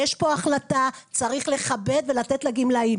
יש פה החלטה, צריך לכבד ולתת לגמלאי.